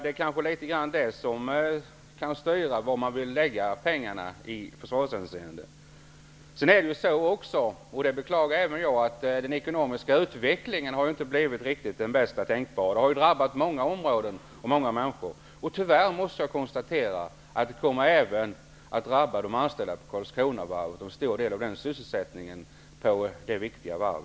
Det är detta som styr var man vill lägga pengarna ur försvarshänseende, Den ekonomiska utvecklingen har inte blivit den bästa tänkbara, och det beklagar även jag. Det har drabbat många områden och många människor. Tyvärr måste jag konstatera att det även kommer att drabba de anställda på Karlskronavarvet och en stor del av sysselsättningen på detta viktiga varv.